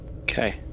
Okay